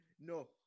No